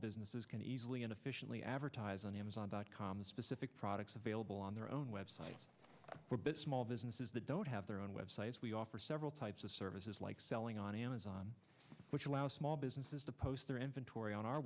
businesses can easily and efficiently advertise on amazon dot com the specific products available on their own website for bit small businesses that don't have their own websites we offer several types of services like selling on amazon which allow small businesses to post their inventory on our